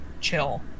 chill